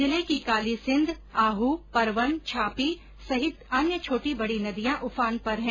जिले की कालीसिंघ आहू परवन छापी सहित अन्य छोटी बडी नदियां उफान पर है